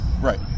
right